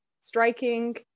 striking